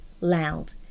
loud